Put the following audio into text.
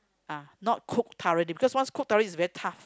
ah not cook thoroughly because once cook thoroughly it's very tough